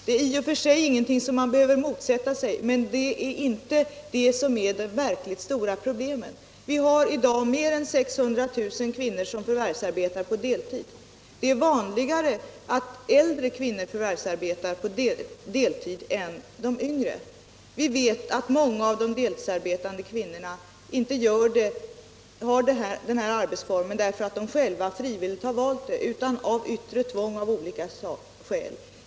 Det är i och för sig ingenting som man behöver motsätta sig, men det är inte det som är det verkligt stora problemet. Mer än 600 000 kvinnor förvärvsarbetar i dag på deltid. Deltidsarbete är vanligare bland äldre kvinnor än bland de vngre. Vi vet att många av de deltidsarbetande kvinnorna inte frivilligt har valt den arbetsformen. utan de har gjort det av yttre tvång av olika slag.